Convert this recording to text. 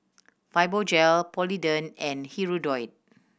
Fibogel Polident and Hirudoid